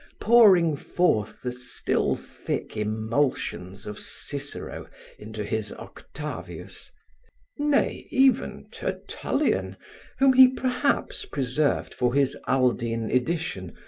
pouring forth the still thick emulsions of cicero into his octavius nay, even tertullian whom he perhaps preserved for his aldine edition,